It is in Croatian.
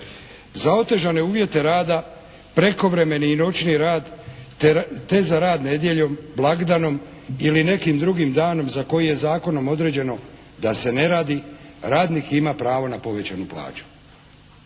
Za otežane uvjete rada prekovremeni i noćni rad, te za rad nedjeljom, blagdanom ili nekim drugim danom za koji je zakonom određeno da se ne radi radnik ima pravo na povećanu plaću.